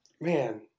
Man